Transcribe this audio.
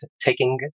taking